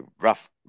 rough